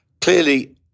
Clearly